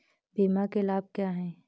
बीमा के लाभ क्या हैं?